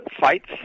fights